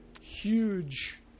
huge